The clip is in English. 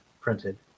printed